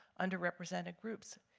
underrepresented groups.